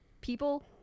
people